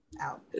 out